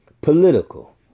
Political